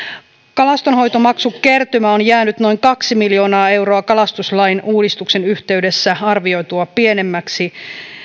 kalastonhoitomaksukertymä on jäänyt noin kaksi miljoonaa euroa kalastuslain uudistuksen yhteydessä arvioitua pienemmäksi